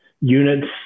units